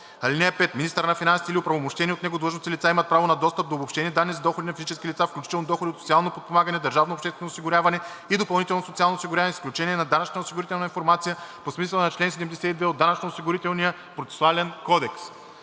(5) Министърът на финансите или оправомощени от него длъжностни лица имат право на достъп до обобщени данни за доходи на физически лица, включително доходи от социално подпомагане, държавно обществено осигуряване и допълнително социално осигуряване, с изключение на данъчна и осигурителна информация по смисъла на чл. 72 от Данъчно-осигурителния процесуален кодекс.“